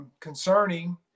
concerning